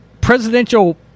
presidential